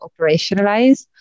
operationalize